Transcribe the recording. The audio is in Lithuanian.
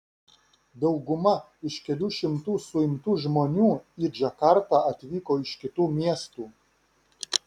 dauguma iš kelių šimtų suimtų žmonių į džakartą atvyko iš kitų miestų